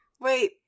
Wait